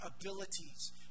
abilities